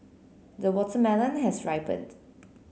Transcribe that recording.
the watermelon has ripened